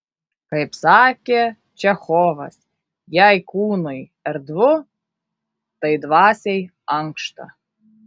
kaip sakė čechovas jei kūnui erdvu tai dvasiai ankšta